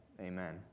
Amen